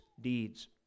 deeds